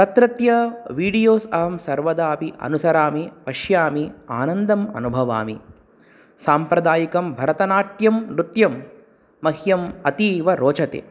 तत्रत्य वीडियोस् अहं सर्वदा अपि अनुसरामि पश्यामि आनन्दम् अनुभवामि साम्प्रदायिकं भरतनाट्यं नृत्यं मह्यम् अतीव रोचते